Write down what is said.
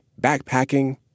backpacking